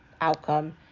outcome